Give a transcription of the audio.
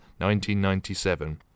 1997